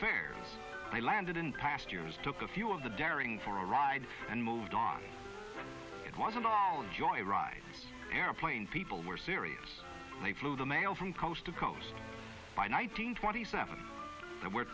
fair they landed in past years took a few of the daring for a ride and moved on it wasn't a joyride airplane people were serious they flew the mail from coast to coast by nineteen twenty seven where